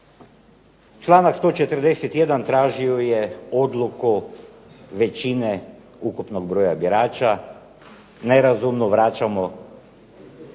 Članak 141. tražio je odluku većine ukupnog broja birača, nerazumno vraćamo.